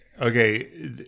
okay